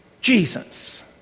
jesus